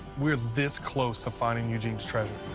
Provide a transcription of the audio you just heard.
we're this close to finding eugene's treasure.